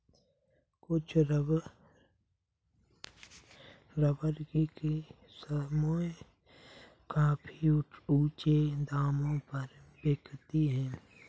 कुछ रबर की किस्में काफी ऊँचे दामों पर बिकती है